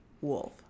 wolf